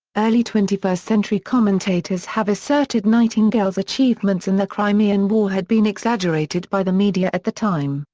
early twenty first century commentators have asserted nightingale's achievements in the crimean war had been exaggerated by the media at the time,